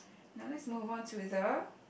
now let's move on to the